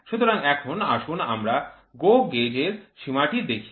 সুতরাং এখন আসুন আমরা GO gauge এর সীমাটি দেখি